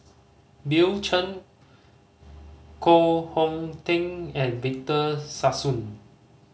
Bill Chen Koh Hong Teng and Victor Sassoon